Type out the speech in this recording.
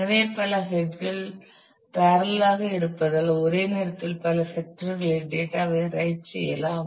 எனவே பல ஹெட் கள் பேரலல் ஆக இருப்பதால் ஒரே நேரத்தில் பல செக்டர்களில் டேட்டா ஐ ரைட் செய்யலாம்